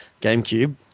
gamecube